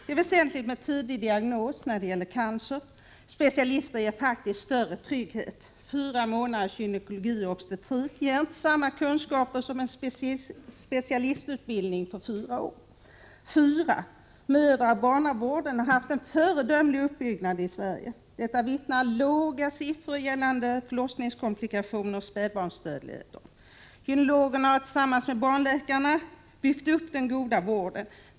Det är väsentligt med tidig diagnos när det gäller cancer. Specialister ger faktiskt större trygghet. Fyra månaders gynekologi/obstetrik ger inte samma kunskaper som en specialistutbildning på fyra år. 4. Mödraoch barnavården har haft en föredömlig uppbyggnad i Sverige. Detta vittnar låga siffror gällande förlossningskomplikationer och spädbarnsdödlighet om. Gynekologerna har tillsammans med barnläkarna byggt upp den goda vården.